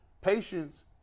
patience